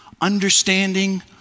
understanding